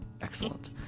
Excellent